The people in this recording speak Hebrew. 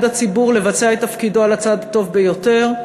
ציבור לבצע את תפקידו על הצד הטוב ביותר,